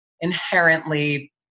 inherently